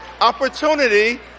Opportunity